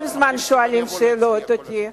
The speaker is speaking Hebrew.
כל הזמן שואלים אותי שאלות.